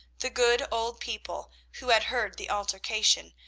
the good old people, who had heard the altercation,